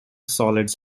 solids